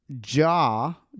jaw